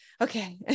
Okay